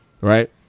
right